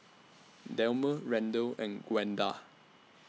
Delmer Randel and Gwenda